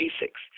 basics